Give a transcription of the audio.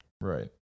Right